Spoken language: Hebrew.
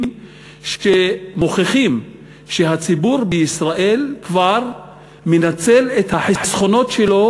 שמוכיחים שהציבור בישראל כבר מנצל את החסכונות שלו,